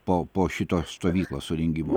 po po šitos stovyklos surengimo